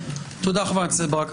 תודה, חברת הכנסת ברק.